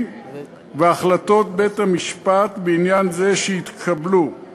והחלטות בית-המשפט שהתקבלו בעניין זה.